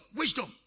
wisdom